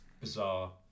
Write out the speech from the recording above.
bizarre